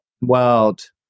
world